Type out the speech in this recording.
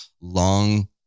long